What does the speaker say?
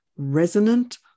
resonant